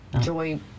joy